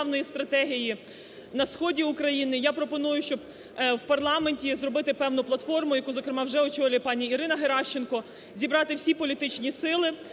я пропоную, щоб в парламенті зробити певну платформу, яку, зокрема, вже очолює пані Ірина Геращенко, зібрати всі політичні сили,